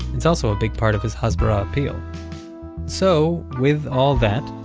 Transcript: it's also a big part of his hasbara appeal so, with all that,